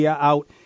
out